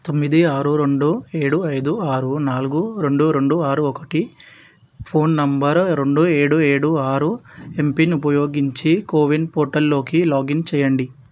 తొమ్మిది ఆరు రెండు ఏడు ఐదు ఆరు నాలుగు రెండు రెండు ఆరు ఒకటి ఫోన్ నంబర్ రెండు ఏడు ఏడు ఆరు ఎంపిన్ ఉపయోగించి కోవిన్ పోర్టల్లోకి లాగిన్ చేయండి